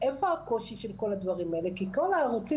איפה הקושי של כל הדברים האלה, כי כל הערוצים